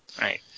right